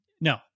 No